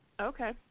okay